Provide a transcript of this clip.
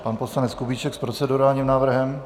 Pan poslanec Kubíček s procedurálním návrhem.